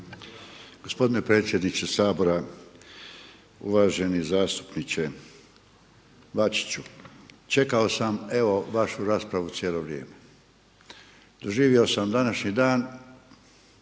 Gospodine predsjedniče Sabora! Uvaženi zastupniče Bačiću, čekao sam evo vašu raspravu cijelo vrijeme. Doživio sam današnji dan,